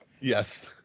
yes